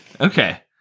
Okay